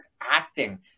acting